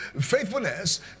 Faithfulness